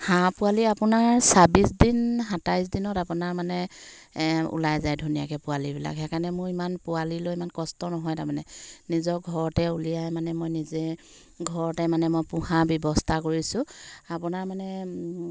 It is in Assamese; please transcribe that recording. হাঁহ পোৱালি আপোনাৰ ছাব্বিছ দিন সাতাইছ দিনত আপোনাৰ মানে ওলাই যায় ধুনীয়াকৈ পোৱালিবিলাক সেইকাৰণে মোৰ ইমান পোৱালিলৈ ইমান কষ্ট নহয় তাৰমানে নিজৰ ঘৰতে উলিয়াই মানে মই নিজে ঘৰতে মানে মই পোহা ব্যৱস্থা কৰিছোঁ আপোনাৰ মানে